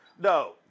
no